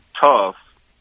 tough